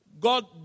God